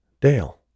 Dale